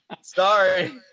sorry